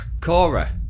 Cora